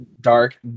dark